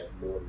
more